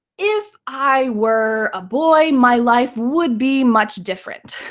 if i were a boy, my life would be much different.